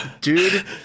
Dude